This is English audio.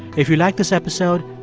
if you like this episode,